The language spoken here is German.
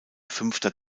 fünfter